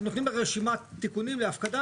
נותנים לך רשימת תיקונים להפקדה,